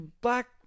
black